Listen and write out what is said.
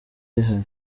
rihari